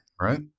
right